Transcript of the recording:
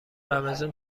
رمضون